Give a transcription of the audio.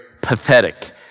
pathetic